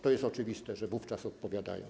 To jest oczywiste, że wówczas odpowiadają.